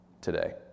today